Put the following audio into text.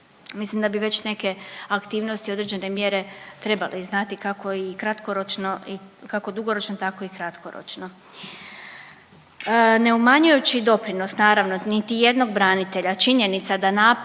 mislim da bi već neke aktivnosti i određene mjere trebali znati kako dugoročno tako i kratkoročno. Ne umanjujući doprinos naravno niti jednog branitelja činjenica da nepravde u